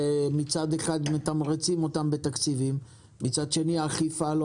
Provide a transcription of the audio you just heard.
ומצד אחד מתמרצים אותם בתקציבים ומצד שני האכיפה לא